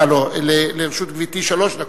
לא, לרשות גברתי שלוש דקות,